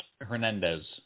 Hernandez